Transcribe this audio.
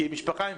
משפחות עם